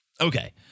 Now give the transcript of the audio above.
Okay